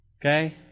Okay